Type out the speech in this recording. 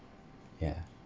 ya